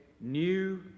new